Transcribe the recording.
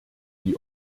die